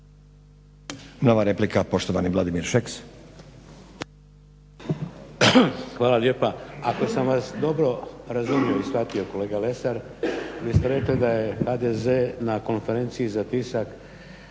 Nova replika, poštovani Vladimir Šeks. **Šeks, Vladimir (HDZ)** Hvala lijepa. Ako sam vas dobro razumio i shvatio kolega Lesar vi ste rekli da je HDZ na konferenciji za tisak